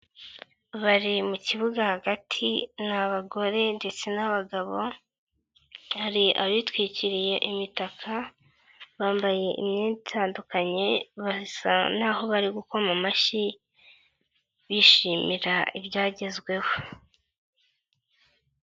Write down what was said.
Bari mu kibuga hagati, ni abagore ndetse n'abagabo, hari abitwikiriye imitaka, bambaye imyenda itandukanye, basa naho bari gukoma amashyi, bishimira ibyagezweho.